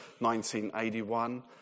1981